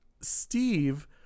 Steve